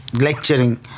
lecturing